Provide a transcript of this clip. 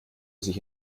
sich